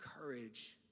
courage